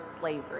slavery